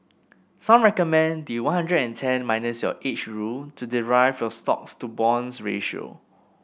some recommend the one hundred and ten minus age rule to derive your stocks to bonds ratio